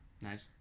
nice